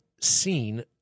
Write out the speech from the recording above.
seen